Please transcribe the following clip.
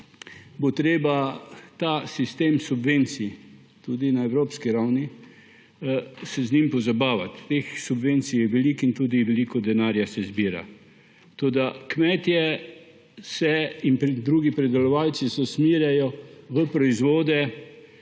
bo treba s tem sistemom subvencij tudi na evropski ravni pozabavati. Teh subvencij je veliko in tudi veliko denarja se zbira, toda kmetje in drugi pridelovalci se usmerjajo v proizvode,